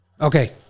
Okay